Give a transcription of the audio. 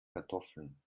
kartoffeln